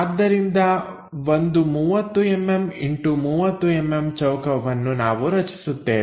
ಆದ್ದರಿಂದ ಒಂದು 30mm✖30mm ಚೌಕವನ್ನು ನಾವು ರಚಿಸುತ್ತೇವೆ